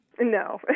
No